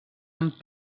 amb